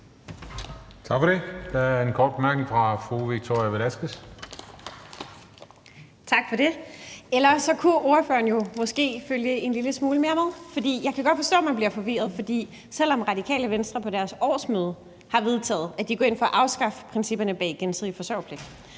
Tak for det. Der er en kort bemærkning fra fru Victoria Velasquez. Kl. 17:54 Victoria Velasquez (EL): Tak for det. Eller også kunne ordføreren måske følge en lille smule mere med. For jeg kan godt forstå, at man bliver forvirret, for selv om Radikale Venstre på deres årsmøde har vedtaget, at de går ind for at afskaffe principperne bag gensidig forsørgerpligt,